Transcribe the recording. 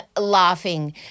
laughing